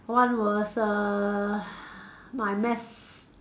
one was err my maths